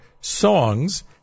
songs